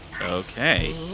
Okay